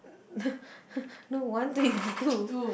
no one twenty two